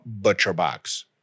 ButcherBox